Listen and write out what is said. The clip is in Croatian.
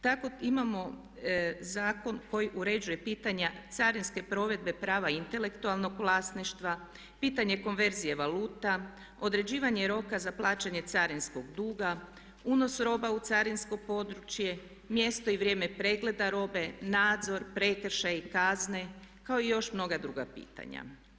Tako imamo zakon koji uređuje pitanja carinske provedbe prava intelektualnog vlasništva, pitanje konverzije valuta, određivanje roka za plaćanje carinskog duga, unos roba u carinsko područje, mjesto i vrijeme pregleda robe, nadzor, prekršaji i kazne kao i još mnoga druga pitanja.